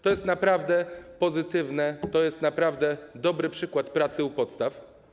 To jest naprawdę pozytywne, to jest naprawdę dobry przykład pracy u podstaw.